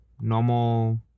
normal